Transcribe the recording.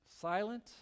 Silent